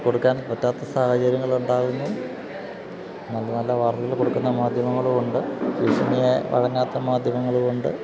കൊടുക്കാൻ പറ്റാത്ത സാഹചര്യങ്ങളുണ്ടാകുന്നു നല്ല നല്ല വാർത്തകള് കൊടുക്കുന്ന മാധ്യമങ്ങളുമുണ്ട് ഭീഷണിക്ക് വഴങ്ങാത്ത മാധ്യമങ്ങളുമുണ്ട്